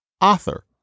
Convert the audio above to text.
author